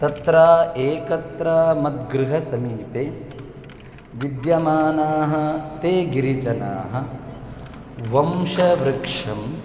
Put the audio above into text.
तत्र एकत्र मद्गृहसमीपे विद्यमानाः ते गिरिजनाः वंशवृक्षम्